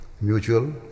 mutual